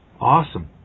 Awesome